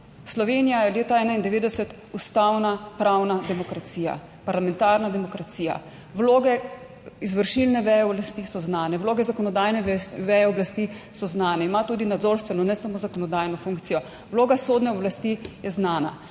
Slovenija je od leta 1991 ustavna, pravna demokracija, parlamentarna demokracija. Vloge izvršilne veje oblasti so znane. Vloge zakonodajne veje oblasti so znane, ima tudi nadzorstveno, ne samo zakonodajno funkcijo. Vloga sodne oblasti je znana.